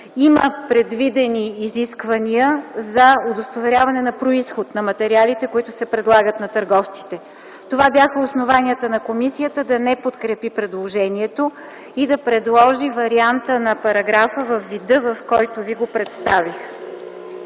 има предвидени изисквания за удостоверяване на произход на материалите, които се предлагат на търговците. Това бяха основанията на комисията да не подкрепи предложението и да предложи варианта на параграфа във вида, в който Ви го представих.